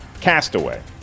*Castaway*